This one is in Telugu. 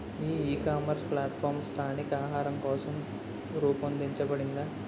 ఈ ఇకామర్స్ ప్లాట్ఫారమ్ స్థానిక ఆహారం కోసం రూపొందించబడిందా?